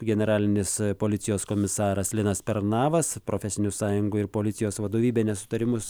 generalinis policijos komisaras linas pernavas profesinių sąjungų ir policijos vadovybė nesutarimus